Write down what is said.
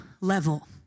level